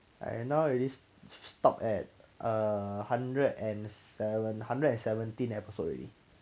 I now already s~ stop at err hundred and seven hundred and seventeen episode already